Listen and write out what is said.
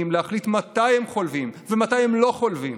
להחליט מתי הם חולבים ומתי הם לא חולבים.